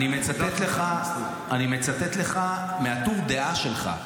-- אני מצטט לך מהטור דעה שלך.